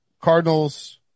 Cardinals